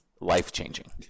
life-changing